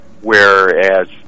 whereas